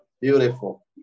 Beautiful